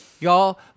y'all